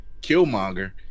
Killmonger